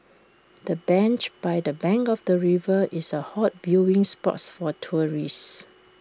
the bench by the bank of the river is A hot viewing spots for tourists